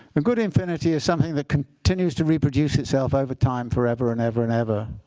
a good infinity is something that continues to reproduce itself over time forever and ever and ever.